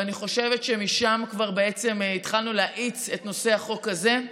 ואני חושבת שמשם כבר התחלנו להאיץ את החוק הזה.